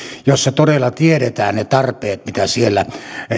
jossa todella tiedetään ne tarpeet mitä siellä